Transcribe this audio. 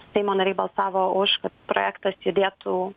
seimo nariai balsavo už projektas judėtų